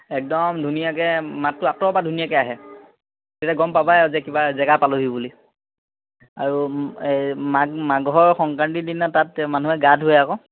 একদম ধুনীয়াকে মাতটো আঁতৰৰ পৰা ধুনীয়াকে আহে তেতিয়া গম পাবাই আৰু যে কিবা জেগা পালোহি বুলি আৰু এই মাঘ মাঘৰ সংক্ৰান্তিৰ দিনা তাত মানুহে গা ধোৱে আকৌ